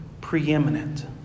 preeminent